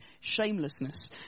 shamelessness